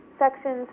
sections